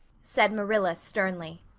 said marilla sternly.